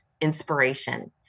inspiration